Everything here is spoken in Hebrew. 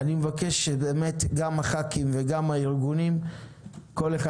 אני מבקש שגם הח"כים וגם הארגונים כל אחד